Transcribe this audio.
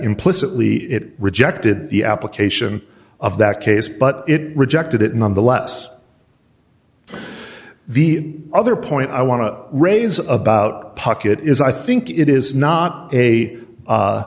implicitly it rejected the application of that case but it rejected it nonetheless the other point i want to raise about pocket is i think it is not a